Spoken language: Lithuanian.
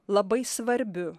labai svarbiu